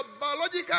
biological